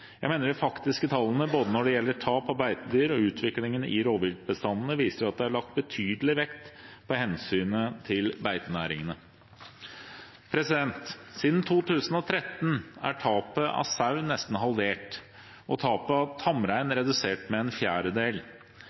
Jeg mener de faktiske tallene, både når det gjelder tap av beitedyr og utviklingen i rovviltbestandene, viser at det er lagt betydelig vekt på hensynet til beitenæringene. Siden 2013 er tapet av sau nesten halvert og tapet av tamrein redusert med en fjerdedel,